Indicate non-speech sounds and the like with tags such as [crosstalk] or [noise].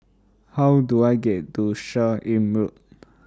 How Do I get to Seah Im Road [noise]